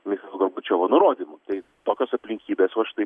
michailo gorbačiovo nurodymu tai tokios aplinkybės va štai